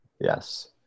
Yes